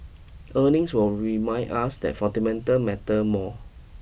earnings will remind us that fundamental matter more